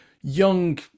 young